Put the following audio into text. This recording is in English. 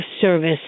service